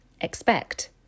expect